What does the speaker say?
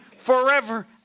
forever